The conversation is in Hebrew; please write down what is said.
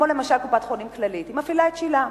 כמו למשל קופת-חולים "כללית" היא מפעילה את שיל"ה.